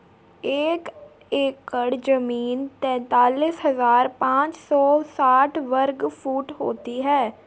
एक एकड़ जमीन तैंतालीस हजार पांच सौ साठ वर्ग फुट है